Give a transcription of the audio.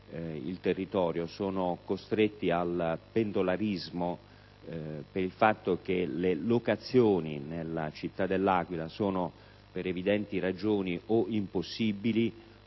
il territorio - sono costretti al pendolarismo, in quanto le locazioni nella città dell'Aquila, per evidenti ragioni, sono impossibili